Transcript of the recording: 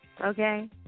Okay